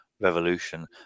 revolution